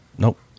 Nope